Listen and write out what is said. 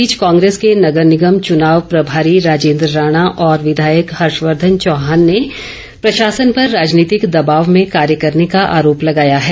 इस बीच कांग्रेस के नगर निगम चुनाव प्रभारी राजेन्द्र राणा और विधायक हर्षवर्धन चौहान ने प्रशासन पर राजनीतिक दबाव में कार्य करने का आरोप लगाया है